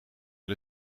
wel